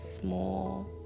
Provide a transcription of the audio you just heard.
small